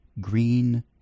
green